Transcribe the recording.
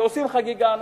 ועושים חגיגה,